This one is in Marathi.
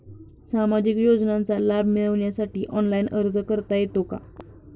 सामाजिक योजनांचा लाभ मिळवण्यासाठी ऑनलाइन अर्ज करता येतो का?